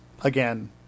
again